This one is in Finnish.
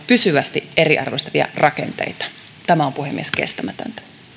pysyvästi eriarvoistavia rakenteita tämä on puhemies kestämätöntä